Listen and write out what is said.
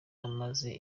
amaze